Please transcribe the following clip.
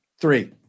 Three